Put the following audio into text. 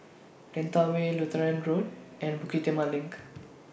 Lentor Way Lutheran Road and Bukit Timah LINK